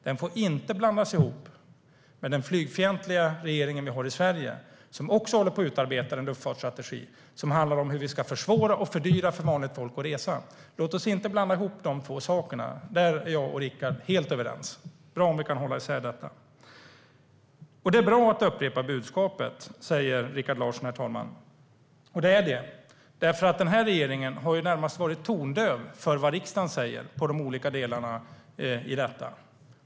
Det får inte blandas ihop med den flygfientliga regering vi har i Sverige, som också håller på att utarbeta en luftfartsstrategi. Den handlar om hur vi ska försvåra och fördyra för vanligt folk att resa. Låt oss inte blanda ihop dessa två saker. Där är jag och Rikard helt överens. Det är bra om vi kan hålla isär dem. Herr talman! Det är bra att upprepa budskapet, säger Rikard Larsson. Det är det, för regeringen har varit närmast tondöv när det gäller det som riksdagen säger om de olika delarna i detta.